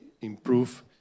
improve